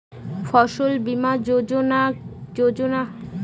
ফসল বীমা যোজনা কি সব প্রকারের চাষীরাই করতে পরে?